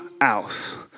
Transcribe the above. else